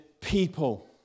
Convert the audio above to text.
people